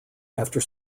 after